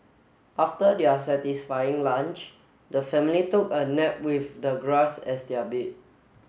after their satisfying lunch the family took a nap with the grass as their bed